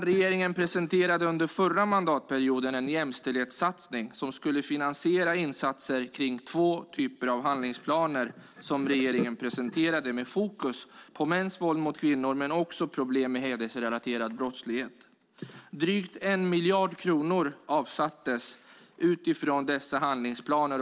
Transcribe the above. Regeringen presenterade under den förra mandatperioden en jämställdhetssatsning. Det handlar om att finansiera insatser i två typer av handlingsplaner som regeringen presenterade med fokus på mäns våld mot kvinnor och problem med hedersrelaterad brottslighet. Drygt 1 miljard kronor avsattes utifrån dessa handlingsplaner.